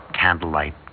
candlelight